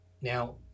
Now